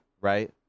right